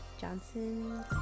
Johnson